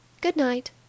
Good-night